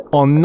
on